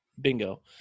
bingo